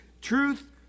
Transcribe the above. truth